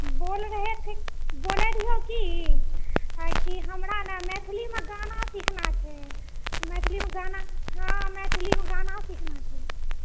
बोल रहे थे बोलै रहियौ की कि हमरा नऽ मैथिलीमे गाना सिखना छै मैथिलीमे गाना हँ मैथिलीमे गाना सिखना छै